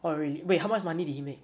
oh really wait how much money did he make